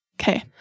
Okay